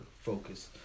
focus